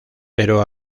pero